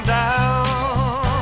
down